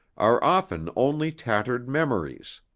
are often only tattered memories.